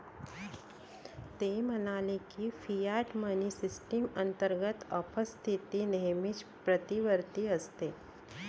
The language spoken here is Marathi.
ते म्हणाले की, फियाट मनी सिस्टम अंतर्गत अपस्फीती नेहमीच प्रतिवर्ती असते